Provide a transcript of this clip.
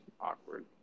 awkward